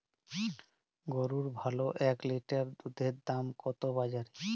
গরুর ভালো এক লিটার দুধের দাম কত বাজারে?